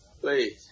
Please